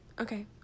okay